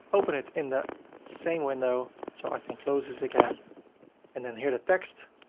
open it in the same window so i can close this again and then here to text,